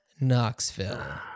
knoxville